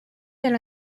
del